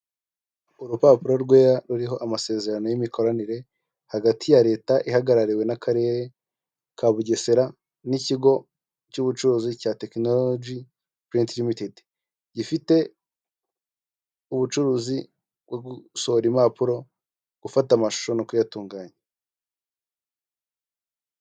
Urupapuro rwera ruriho amasezerano y'imikoranire hagati ya leta ihagarariwe n'akarere ka Bugesera n'ikigo cy'ubucuruzi cya Tekinologi Purinti Limitedi gifite ubucuruzi bwo gusohora impapuro, gufata amashusho no kuyatunganya.